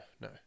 no